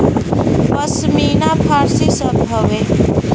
पश्मीना फारसी शब्द हउवे